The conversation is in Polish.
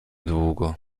długo